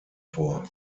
vor